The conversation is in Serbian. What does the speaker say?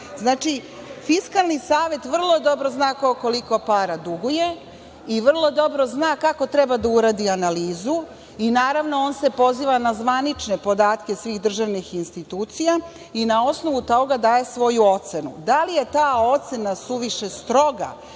toga. Znači, Fiskalni savet vrlo dobro zna ko koliko para duguje i vrlo dobro zna kako treba da uradi analizu. Naravno, on se poziva na zvanične podatke svih državnih institucija i na osnovu toga daje svoju ocenu. Da li je ta ocena suviše stroga